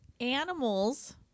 animals